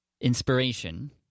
inspiration